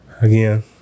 Again